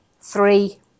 three